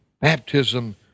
baptism